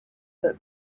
that